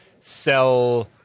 sell